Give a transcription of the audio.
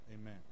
Amen